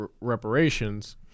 reparations